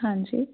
ਹਾਂਜੀ